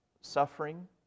suffering